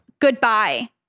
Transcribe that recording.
goodbye